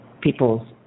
people's